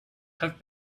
have